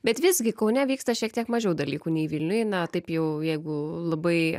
bet visgi kaune vyksta šiek tiek mažiau dalykų nei vilniuj na taip jau jeigu labai